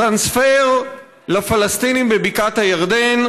טרנספר לפלסטינים בבקעת הירדן,